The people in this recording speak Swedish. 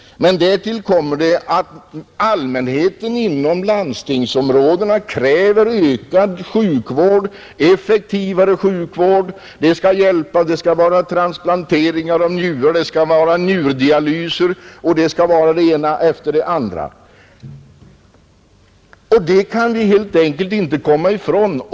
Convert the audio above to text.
Därtill kommer att allmänheten inom landstingsområdena kräver ökad sjukvård, effektivare sjukvård. Det skall vara transplanteringar av njurar, njurdialyser och det ena efter det andra. Det kan vi helt enkelt inte komma ifrån.